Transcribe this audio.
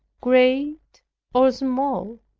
great or small,